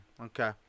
Okay